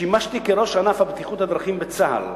שימשתי ראש ענף הבטיחות בדרכים בצה"ל,